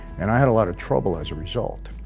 and i had a lot of trouble as a result,